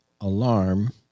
alarm